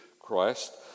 Christ